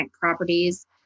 properties